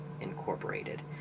incorporated